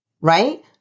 right